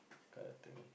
kind of thing